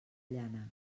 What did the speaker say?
llana